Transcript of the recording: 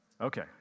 Okay